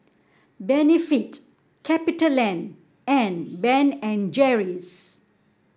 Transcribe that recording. Benefit Capitaland and Ben and Jerry's